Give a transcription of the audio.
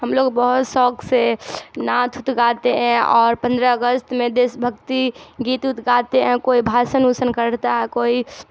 ہم لوگ بہت شوق سے نعت ات گاتے ہیں اور پندرہ اگست میں دیش بھکتی گیت ات گاتے ہیں کوئی بھاشن وسن کرتا ہے کوئی